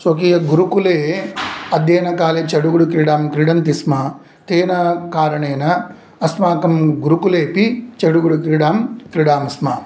स्वकीयगुरुकुले अध्ययनकाले चडुगुडिक्रीदडां क्रीडन्ति स्म तेन कारणेन अस्माकं गुरुकुलेऽपि चडुगुडिक्रीडां क्रीडामि स्म